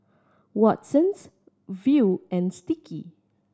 Watsons Viu and Sticky